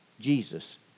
Jesus